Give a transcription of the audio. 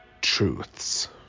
truths